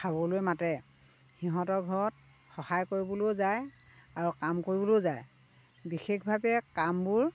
খাবলৈ মাতে সিহঁতৰ ঘৰত সহায় কৰিবলৈও যায় আৰু কাম কৰিবলৈও যায় বিশেষভাৱে কামবোৰ